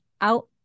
out